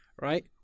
right